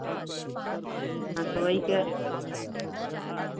हाँ तो वही कह